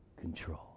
control